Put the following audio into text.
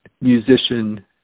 musician